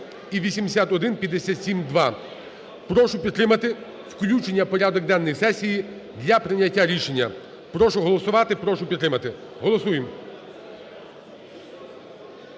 Прошу підтримати включення в порядок денний сесії для прийняття рішення. Прошу голосувати, прошу підтримати. Голосуємо.